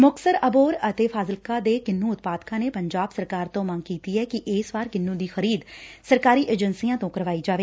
ਮੁਕਤਸਰ ਅਬੋਹਰ ਅਤੇ ਫ਼ਾਜ਼ਿਲਕਾ ਦੇ ਕਿਨੂੰ ਉਤਪਾਦਕਾਂ ਨੇ ਪੰਜਾਬ ਸਰਕਾਰ ਤੋ ਮੰਗ ਕੀਤੀ ਕਿ ਇਸ ਵਾਰ ਕਿੰਨੂ ਦੀ ਖਰੀਦ ਸਰਕਾਰੀ ਏਜੰਸੀਆਂ ਤੋਂ ਕਰਵਾਈ ਜਾਵੇ